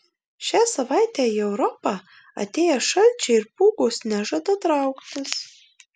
šią savaitę į europą atėję šalčiai ir pūgos nežada trauktis